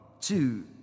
two